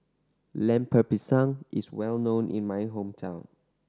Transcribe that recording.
Lemper Pisang is well known in my hometown